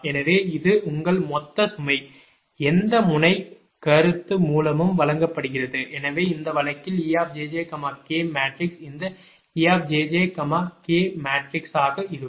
எனவே இது உங்கள் மொத்த சுமை எந்த முனை கருத்து மூலமும் வழங்கப்படுகிறது எனவே இந்த வழக்கில் e jj k மேட்ரிக்ஸ் இந்த e jj k மேட்ரிக்ஸாக இருக்கும்